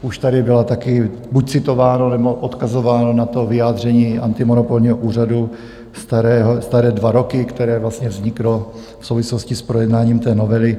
Už tady bylo také buď citováno, nebo odkazováno na vyjádření antimonopolního úřadu starého staré dva roky, které vlastně vzniklo v souvislosti s projednáním té novely.